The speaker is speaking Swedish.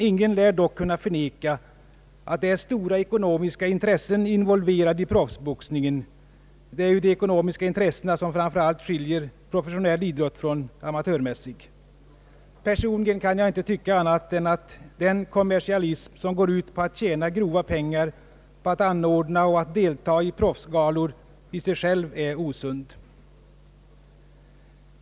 Ingen lär dock kunna förneka att stora ekonomiska intressen är involverade i proffsboxningen — det är ju de ekonomiska intressena som framför allt skiljer professionell idrott från amatörmässig idrott. Personligen kan jag inte tycka annat än att den kommersialism som går ut på att tjäna grova pengar på att anordna och att delta i proffsgalor i sig själv är osund.